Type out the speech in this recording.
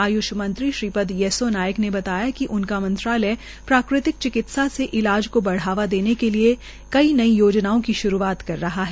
आय्ष मंत्री श्रीपद येस्सो नाईक ने बतायाकि उनका मंत्रालय प्राकृतिक चिकित्सा से ईलाज को बढ़ावा देने के लिए कई नई योजनाओं की श्रूआत कर रहा है